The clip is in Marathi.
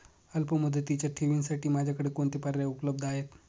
अल्पमुदतीच्या ठेवींसाठी माझ्याकडे कोणते पर्याय उपलब्ध आहेत?